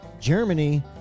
Germany